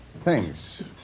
Thanks